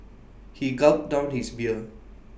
he gulped down his beer